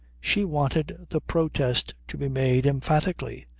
she wanted the protest to be made, emphatically,